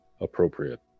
appropriate